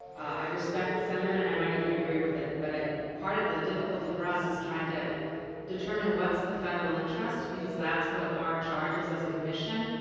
i respect the sentiment and i might even agree with it, but ah part of the difficulty for us is trying to determine what's the federal interest because that's what our charge is as a commission,